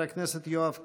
חבר הכנסת יואב קיש.